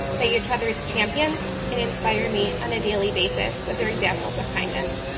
they're each others champions and inspire me on a daily basis with their are examples of kindness.